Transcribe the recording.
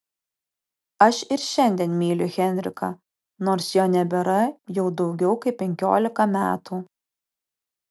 aš ir šiandien myliu henriką nors jo nebėra jau daugiau kaip penkiolika metų